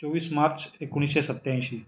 चोवीस मार्च एकोणीसशे सत्याऐंशी